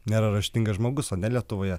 nėra raštingas žmogus ar ne lietuvoje